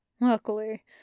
Luckily